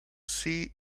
see